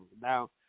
Now